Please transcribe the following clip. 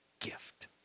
gift